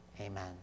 amen